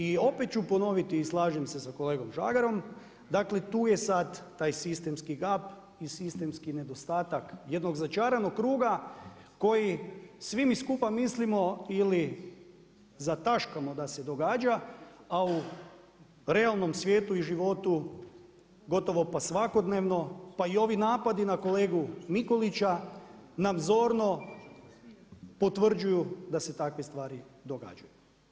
I opet ću ponoviti i slažem se sa kolegom Žagarom, dakle, tu je sad taj sistemski gab i sistemski nedostatak jednog začaranog kruga, koji svi mi skupa mislimo ili zataškamo da se događa a u realnom svijetu i životu, gotovo pa svakodnevno, pa i ovi napadi na kolegu Mikluća nam zorno potvrđuju da se takve stvari događaju.